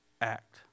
act